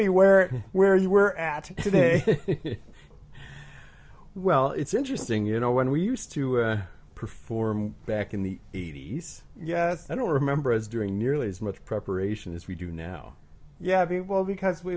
me where where you were at today well it's interesting you know when we used to perform back in the eighty's yes i don't remember as doing nearly as much preparation as we do now yeah well because